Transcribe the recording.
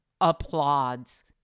applauds